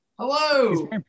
Hello